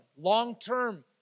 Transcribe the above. Long-term